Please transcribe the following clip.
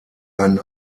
einen